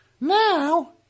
Now